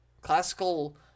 classical